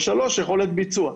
ושלוש יכולת ביצוע.